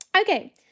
Okay